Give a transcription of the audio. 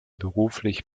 beruflich